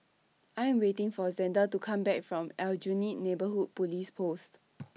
I Am waiting For Zander to Come Back from Aljunied Neighbourhood Police Post